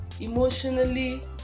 emotionally